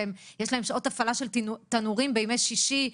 ויש להם שעות הפעלה של תנורים בימי שישי,